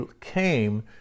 came